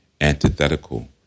antithetical